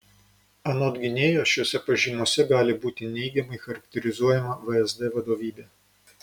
anot gynėjo šiose pažymose gali būti neigiamai charakterizuojama vsd vadovybė